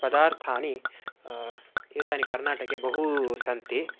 पदार्थानि एतानि कर्नाटके बहूनि सन्ति